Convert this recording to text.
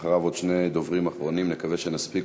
אחריו, עוד שני דוברים אחרונים, ונקווה שנספיק,